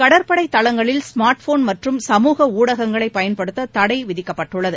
கடற்படைத் தளங்களில் smart phone மற்றும் சமூக ஊடகங்களைப் பயன்படுத்த தடை விதிக்கப்பட்டுள்ளது